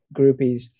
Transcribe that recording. groupies